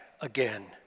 again